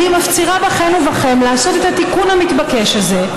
אני מפצירה בכן ובכם לעשות את התיקון המתבקש הזה,